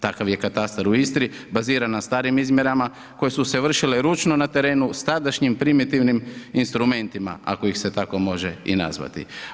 Takav je Katastar u Istri baziran na starim izmjerama koje su se vršile ručno na terenu s tadašnjim primitivnim instrumentima, ako ih se tako može i nazvati.